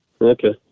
Okay